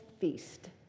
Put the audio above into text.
feast